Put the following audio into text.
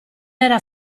era